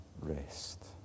rest